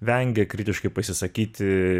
vengia kritiškai pasisakyti